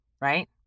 right